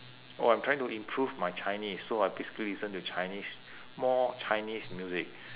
oh I'm trying to improve my chinese so I basically listen to chinese more chinese music